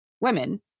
women